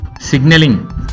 signaling